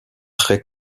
très